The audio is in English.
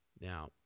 Now